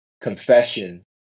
confession